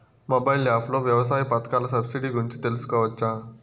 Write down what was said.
Mobile app లో వ్యవసాయ పథకాల సబ్సిడి గురించి తెలుసుకోవచ్చా?